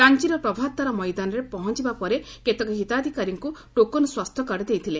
ରାଞ୍ଚର ପ୍ରଭାତତାରା ମଇଦାନରେ ପହଞ୍ଚବା ପରେ କେତେକ ହିତାଧିକାରୀଙ୍କୁ ଟୋକନ୍ ସ୍ୱାସ୍ଥ୍ୟକାର୍ଡ଼ ଦେଇଥିଲେ